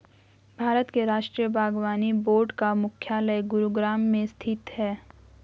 भारत के राष्ट्रीय बागवानी बोर्ड का मुख्यालय गुरुग्राम में स्थित है